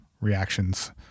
reactions